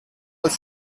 als